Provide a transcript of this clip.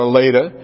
later